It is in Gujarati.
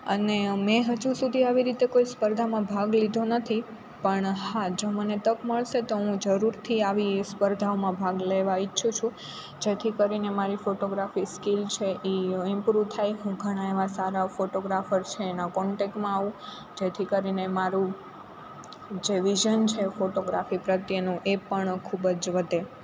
અને મેં હજુ સુધી આવી રીતે કોઈ સ્પર્ધામાં ભાગ લીધો નથી પણ હા જો મને તક મળશે તો હું જરૂરથી આવી સ્પર્ધાઓમાં ભાગ લેવા ઈચ્છું છું જેથી કરીને મારી ફોટોગ્રાફી સ્કિલ છે એ ઇમ્પ્રુવ થાય હું ઘણા એવા સારા ફોટોગ્રાફર છે એના કોન્ટેકમાં આવું જેથી કરીને મારું જે વિઝન છે ફોટોગ્રાફી પ્રત્યેનું એ પણ ખૂબ જ વધે